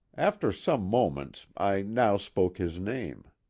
after some moments i now spoke his name.